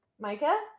Micah